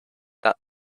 that